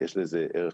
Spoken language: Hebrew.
יש לזה ערך,